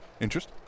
interest